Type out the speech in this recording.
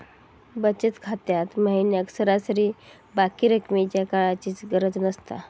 बचत खात्यात महिन्याक सरासरी बाकी रक्कमेच्या काळजीची गरज नसता